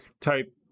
type